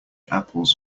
apples